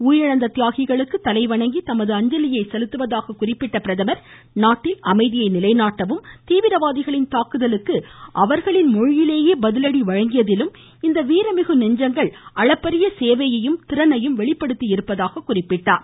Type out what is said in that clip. உயிரிழந்த தியாகிகளுக்கு தலைவணங்கி தமது அஞ்சலியை செலுத்துவதாக கூறிய பிரதமர் நாட்டில் அமைதியை நிலைநாட்டவும் தீவிரவாதிகளின் தாக்குதலுக்கு அவர்களின் மொழியிலேயே பதிலடி வழங்கியதிலும் இந்த வீரமிகு நெஞ்சங்கள் அளப்பரிய சேவையையும் திறனையும் வெளிப்படுத்தியிருப்பதாக் கூறினார்